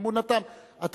אמונתם, כן.